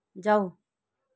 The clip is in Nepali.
जाऊ